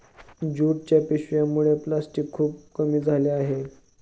ज्यूटच्या पिशव्यांमुळे प्लॅस्टिक खूप कमी झाले आहे